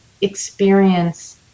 experience